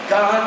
God